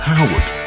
Howard